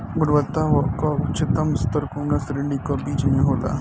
गुणवत्ता क उच्चतम स्तर कउना श्रेणी क बीज मे होला?